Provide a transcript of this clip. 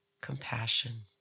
compassion